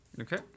Okay